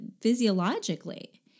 physiologically